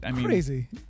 Crazy